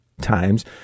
times